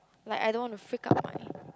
like I don't want to freak out in front of my